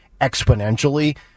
exponentially